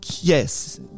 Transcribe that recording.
Yes